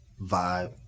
vibe